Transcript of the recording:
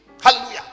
hallelujah